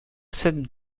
scène